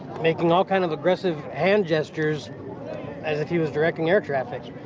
making all kinds of aggressive hand gestures as if he was directing air traffic